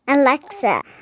Alexa